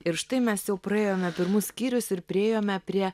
ir štai mes jau praėjome pirmus skyrius ir priėjome prie